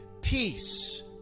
peace